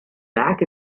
back